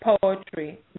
poetry